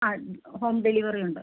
ആ home delivery ഉണ്ട്